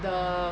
the